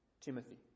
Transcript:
timothy